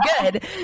good